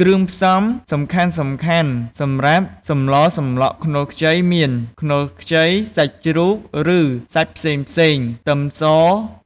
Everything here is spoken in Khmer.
គ្រឿងផ្សំសំខាន់ៗសម្រាប់សម្លសម្លក់ខ្នុរខ្ចីមាន ខ្នុរខ្ចី សាច់ជ្រូក ឬសាច់ផ្សេងៗ ខ្ទឹមស